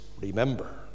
remember